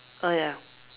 oh ya